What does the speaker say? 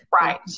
Right